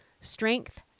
strength